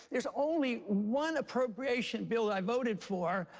there's only one appropriation bill i voted for,